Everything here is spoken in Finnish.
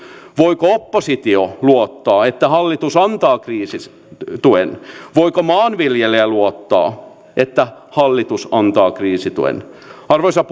voiko oppositio luottaa että hallitus antaa kriisituen ja voiko maanviljelijä luottaa että hallitus antaa kriisituen arvoisa